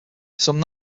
some